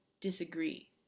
disagree